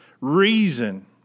reason